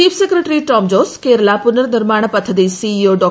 chief secretary Tom Jose Kerala പുനർനിർമാണ പദ്ധതി CEO ഡോ